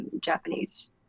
Japanese